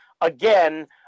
again –